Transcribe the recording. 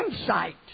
insight